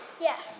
Yes